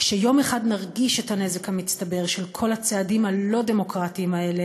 כשיום אחד נרגיש את הנזק המצטבר של כל הצעדים הלא-דמוקרטיים האלה,